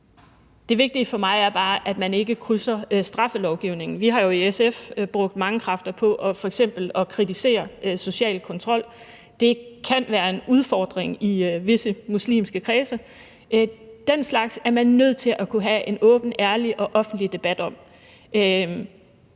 Det vigtige for mig er bare, at man ikke krydser grænsen i straffelovgivningen. Vi har jo i SF brugt mange kræfter på f.eks. at kritisere social kontrol, hvilket kan være en udfordring i visse muslimske kredse. Den slags er man nødt til at kunne have en åben, ærlig og offentlig debat om.